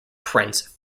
prince